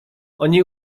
oni